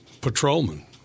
patrolman